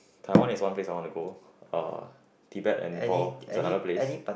Taiwan is one place I want to go uh Tibet and Nepal is another place